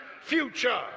future